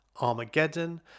Armageddon